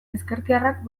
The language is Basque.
ezkertiarrak